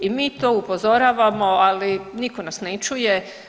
I mi to upozoravamo, ali nitko nas ne čuje.